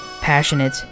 passionate